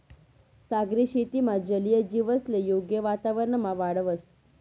सागरी शेतीमा जलीय जीवसले योग्य वातावरणमा वाढावतंस